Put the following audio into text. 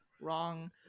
wrong